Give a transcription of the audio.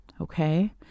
Okay